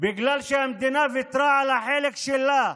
בגלל שהמדינה ויתרה על החלק שלה,